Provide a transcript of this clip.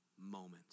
moment